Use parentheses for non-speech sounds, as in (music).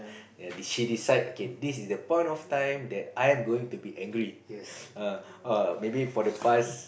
she decide okay this is the point of time that I am going to be angry (noise) uh uh maybe for the past